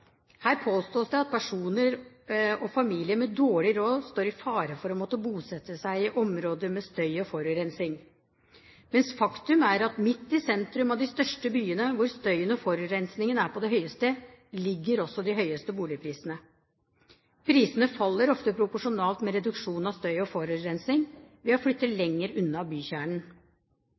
Her påstås det at personer og familier med dårlig råd står i fare for å måtte bosette seg i områder med støy og forurensning, mens faktum er at midt i sentrum av de største byene, hvor støyen og forurensningen er på det høyeste, er boligprisene høyest. Prisene faller ofte proporsjonalt med reduksjon av støy og forurensning – ved at man flytter lenger unna bykjernen.